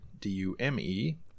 D-U-M-E